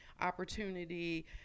opportunity